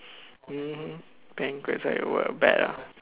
mmhmm banquets ah it w~ bad ah